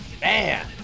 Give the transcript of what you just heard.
Man